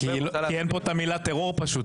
כי אין פה את המילה "טרור" פשוט,